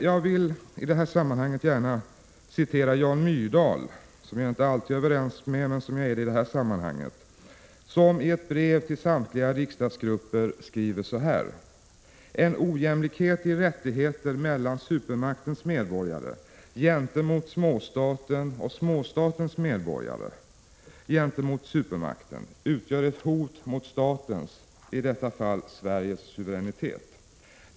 Jag vill i det här sammanhanget gärna återge vad Jan Myrdal säger i ett brev till samtliga riksdagsgrupper: ”En ojämlikhet i rättigheter mellan supermaktens medborgare gentemot småstaten och småstatens medborgare gentemot supermakten utgör ett hot mot statens — i detta fall Sveriges — suveränitet.